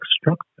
structure